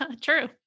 True